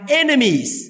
enemies